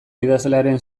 idazlearen